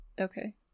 Okay